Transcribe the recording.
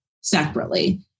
separately